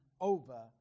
over